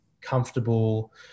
comfortable